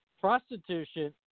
Prostitution